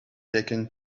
taken